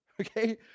Okay